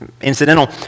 incidental